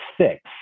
six